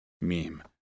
meme